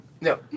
No